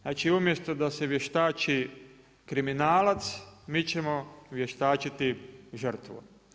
Znači umjesto da se vještači kriminalac, mi ćemo vještačiti žrtvu.